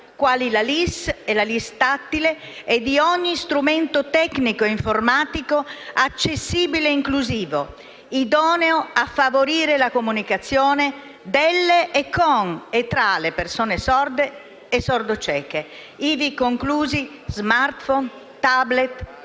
quali la LIS e la LIS tattile, e di ogni strumento tecnico e informatico accessibile e inclusivo idoneo a favorire la comunicazione delle, con le e tra le persone sorde e sordocieche, ivi inclusi *smartphone*, *tablet* e analoghi